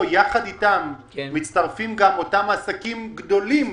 יחד איתם מצטרפים גם אותם עסקים גדולים